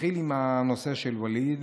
נתחיל עם הנושא של ואליד.